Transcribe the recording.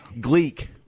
gleek